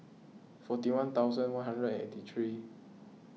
forty one thousand one hundred and eighty three